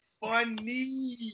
Funny